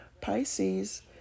Pisces